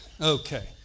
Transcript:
Okay